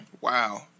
Wow